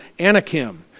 Anakim